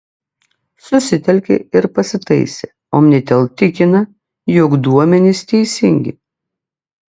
susitelkė ir pasitaisė omnitel tikina jog duomenys teisingi